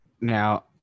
Now